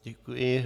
Děkuji.